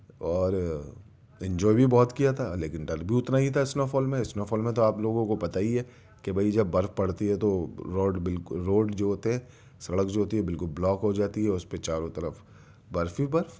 اور انجوائے بھی بہت کیا تھا لیکن ڈر بھی اتنا ہی تھا اسنو فال میں اسنو فال میں تو آپ لوگوں کو پتا ہی ہے کہ بھائی جب برف پڑتی ہے تو روڈ بالکل روڈ جو ہوتے ہیں سڑک جو ہوتی ہے بالکل بلاک ہو جاتی ہے اور اس پہ چاروں طرف برف ہی برف